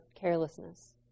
carelessness